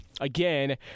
Again